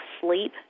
sleep